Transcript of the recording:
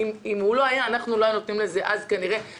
אם הוא לא היה, לא היינו נותנים לזה אז לעבור.